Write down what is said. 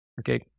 Okay